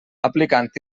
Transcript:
aplicant